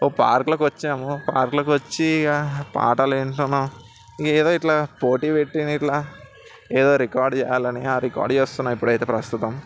ఒక పార్కులోకి వచ్చాము పార్కులోకి వచ్చి ఇహ పాటలు వింటున్నాం ఇహ ఏదో ఇట్లా పోటీలు పెట్టిరి ఇట్లా ఏదో రికార్డు చెయ్యాలని ఆ రికార్డు చేస్తున్న ఇప్పుడైతే ప్రస్తుతం